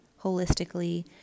holistically